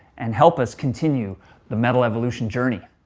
and helps us continue the metal evolution journey.